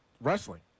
wrestling